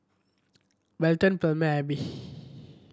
Belton Palmer Alby